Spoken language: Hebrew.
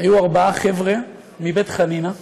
היו ארבעה חברה מבית חנינא,